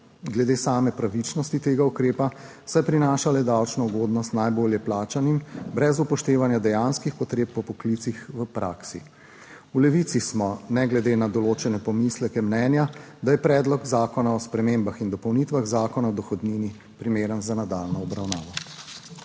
glede same pravičnosti tega ukrepa, saj prinaša le davčno ugodnost najbolje plačanim brez upoštevanja dejanskih potreb po poklicih v praksi. V Levici smo ne glede na določene pomisleke mnenja, da je Predlog zakona o spremembah in dopolnitvah Zakona o dohodnini primeren za nadaljnjo obravnavo.